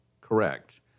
correct